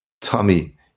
Tommy